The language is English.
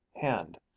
hand